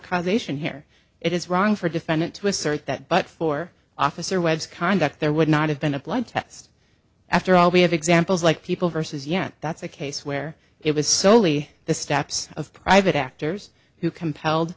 corroboration here it is wrong for defendant to assert that but for officer webb's conduct there would not have been a blood test after all we have examples like people versus yet that's a case where it was soley the steps of private actors who compelled